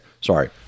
sorry